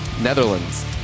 Netherlands